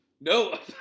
No